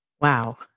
Wow